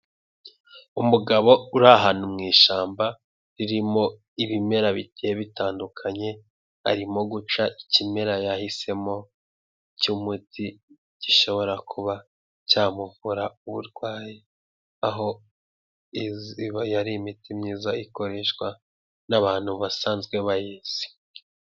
Umugabo uri ahantu mu ishyamba ririmo ibimera bigiye bitandukanye, arimo guca ikimera yahisemo cy'umuti gishobora kuba cyamuvura uburwayi. Aho iyi ari imiti myiza ikoreshwa n'abantu basanzwe bayizi.